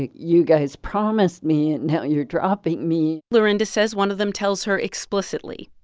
you guys promised me. now you're dropping me lorinda says one of them tells her explicitly,